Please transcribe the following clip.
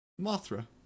Mothra